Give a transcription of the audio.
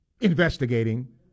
investigating